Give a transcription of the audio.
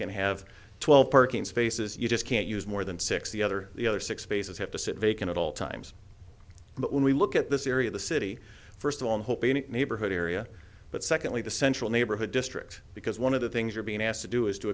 can have twelve parking spaces you just can't use more than six the other the other six spaces have to sit vacant at all times but when we look at this area of the city first of all i'm hoping the neighborhood area but secondly the central neighborhood district because one of the things you're being asked to do is to